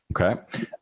okay